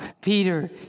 Peter